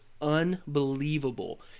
unbelievable